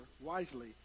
wisely